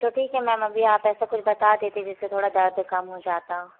तो ठीक है मैम अभी आप ऐसा कुछ बता देती जिससे थोड़ा दर्द कम हो जाता